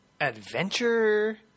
adventure